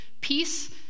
peace